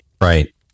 Right